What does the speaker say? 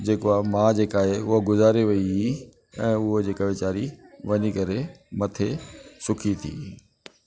जेको आहे माउ जेका ए उहो गुज़ारे वई हुई ऐं उहा जेका वीचारी वञी करे मथे सुखी थी